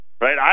right